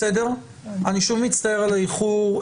אני שוב מצטער על האיחור,